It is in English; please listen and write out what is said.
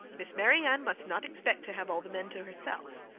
miss marianne must not expect to have all the men to herself.